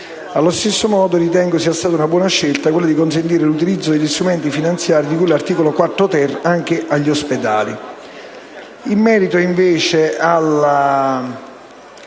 Allo stesso modo, ritengo sia stata una buona scelta quella di consentire l'utilizzo degli strumenti finanziari di cui all'articolo 4-*ter* anche agli ospedali